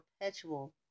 perpetual